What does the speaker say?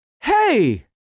Hey